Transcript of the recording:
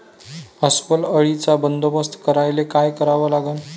अस्वल अळीचा बंदोबस्त करायले काय करावे लागन?